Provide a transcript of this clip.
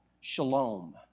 Shalom